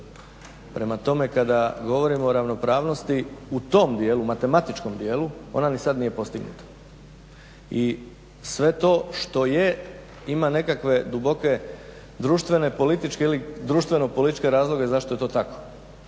Prema tome kada govorimo o ravnopravnosti u tom dijelu u matematičkom dijelu ona ni sada nije postignuta. I sve to što je ima nekakve duboke društvene i političke ili društveno-političke razloge zašto je to tako.